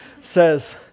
says